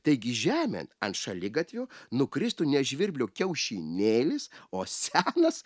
taigi žemėn ant šaligatvio nukristų ne žvirblio kiaušinėlis o senas